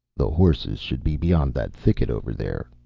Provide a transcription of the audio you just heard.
the horses should be beyond that thicket, over there,